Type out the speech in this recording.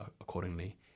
accordingly